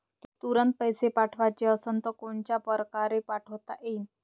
तुरंत पैसे पाठवाचे असन तर कोनच्या परकारे पाठोता येईन?